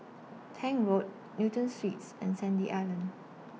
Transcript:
Tank Road Newton Suites and Sandy Island